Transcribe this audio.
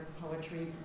Poetry